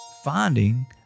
Finding